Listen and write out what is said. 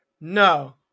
no